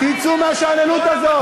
תצאו מהשאננות הזאת.